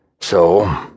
So